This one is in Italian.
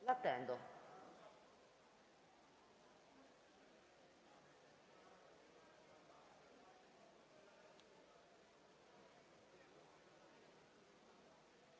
Grazie